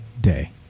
day